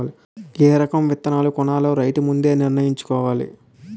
ఏ రకం విత్తనాలు కొనాలో రైతు ముందే నిర్ణయించుకోవాల